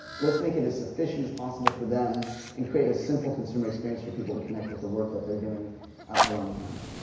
letis make it as efficient as possible for them and create a simple consumer experience for people to connect with the work that theyire doing around the planet.